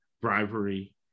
bribery